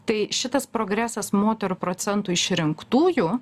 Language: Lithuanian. tai šitas progresas moterų procentų išrinktųjų